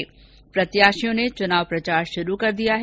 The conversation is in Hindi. इस बीच प्रत्याशियों ने चुनाव प्रचार शुरू कर दिया है